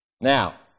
Now